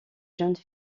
jeunes